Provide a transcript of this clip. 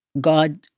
God